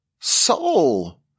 soul